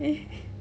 eh